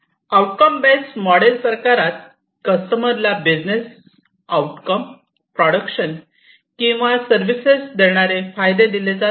outcome based model प्रकारात कस्टमरला business outcome production किंवा सर्विसेस देणारे फायदे दिले जातात